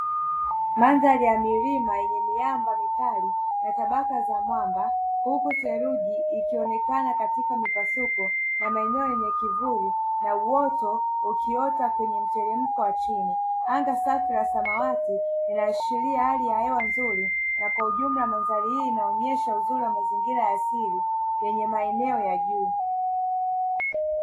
Mandhari ya milima yenye miamba mikali na tabaka za mwamba, huku theluji ikionekana katika mipasuko na maeneo yenye kivuli na uoto ukiota kwenye mteremko wa chini, anga safi la samawati linaashiria hali ya hewa nzuri, na kwa ujumla mandhari hii inaonyesha uzuri wa mazingira ya asili yenye maeneo ya juu.